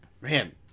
Man